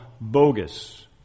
bogus